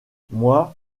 moi